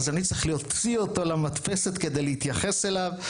אני צריך להוציא אותו למדפסת כדי להתייחס אליו.